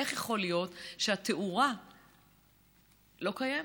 איך יכול להיות שהתאורה לא קיימת?